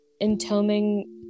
entombing